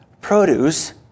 produce